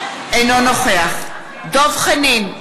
אינו נוכח דב חנין,